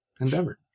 endeavor